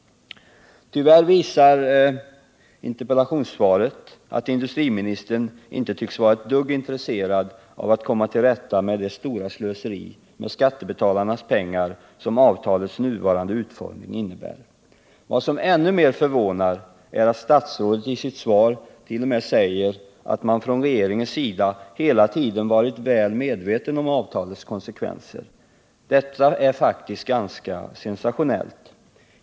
Tyvärr visar interpellationssvaret att industriministern inte tycks vara ett dugg intresserad av att komma till rätta med det stora slöseri med skattebetalarnas pengar som avtalets nuvarande utformning innebär. Vad som ännu mer förvånar är att statsrådet i sitt svart.o.m. säger att man från regeringens sida hela tiden varit medveten om avtalets konsekvenser. Detta är faktiskt ganska sensationellt.